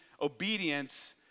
obedience